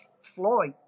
Floyd